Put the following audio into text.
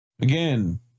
again